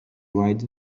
right